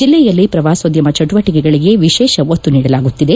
ಜಿಲ್ಲೆಯಲ್ಲಿ ಪ್ರವಾಸೋದ್ಯಮ ಚಟುವಟಿಕೆಗಳಿಗೆ ವಿಶೇಷ ಒತ್ತು ನೀಡಲಾಗುತ್ತಿದೆ